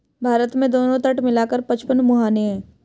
भारत में दोनों तट मिला कर पचपन मुहाने हैं